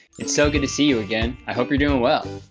it's so good to see you again. i hope you're doing well.